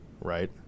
right